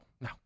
no